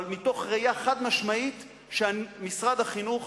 אלא מתוך ראייה חד-משמעית שמשרד החינוך